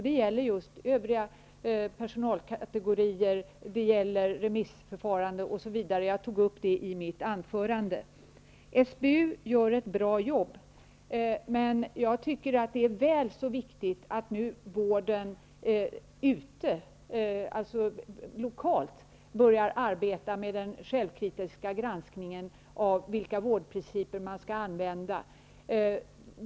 Det gäller just övriga personalkategorier, remissförfarande osv. Jag tog upp det i mitt anförande. SBU gör ett bra jobb. Men jag tycker att det är väl så viktigt att man i vården lokalt börjar arbeta med den självkritiska granskningen av vilka vårdprinciper man skall använda.